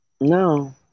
no